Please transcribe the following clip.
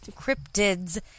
cryptids